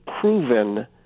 proven